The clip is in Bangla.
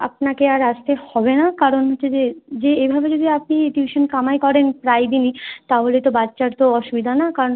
আপনাকে আর আসতে হবে না কারণ হচ্ছে যে যে এভাবে যদি আপনি টিউশন কামাই করেন প্রায় দিনই তাহলে তো বাচ্চার তো অসুবিধা না কারণ